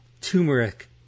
turmeric